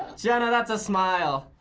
jenna, that's a smile.